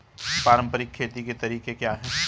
पारंपरिक खेती के तरीके क्या हैं?